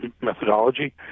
methodology